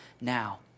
now